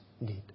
need